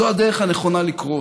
זו הדרך הנכונה לקרוא אותו.